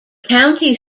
county